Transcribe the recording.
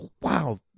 Wow